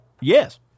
yes